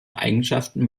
eigenschaften